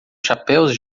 chapéus